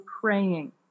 praying